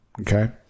okay